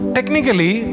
Technically